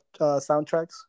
Soundtracks